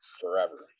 forever